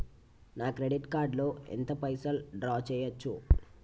నా credit card లో ఎంత పైసల్ డ్రా చేయచ్చు?